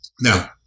Now